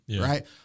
right